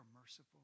merciful